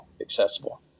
accessible